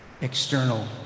external